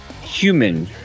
human